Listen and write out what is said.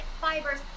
fibers